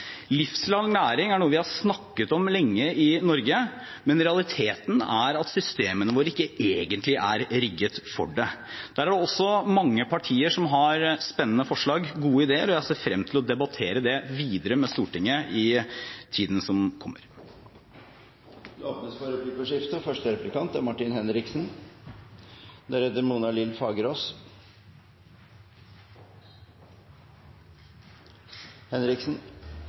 Livslang læring er noe vi lenge har snakket om i Norge, men realiteten er at systemene våre ikke egentlig er rigget for det. Der er det også mange partier som har spennende forslag og gode ideer, og jeg ser frem til å debattere det videre med Stortinget i tiden som kommer. Det blir replikkordskifte. Jeg vil gjerne ønske statsråden velkommen tilbake i jobben og